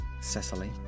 Cecily